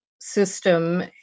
system